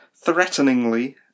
Threateningly